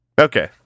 Okay